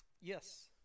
Yes